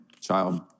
child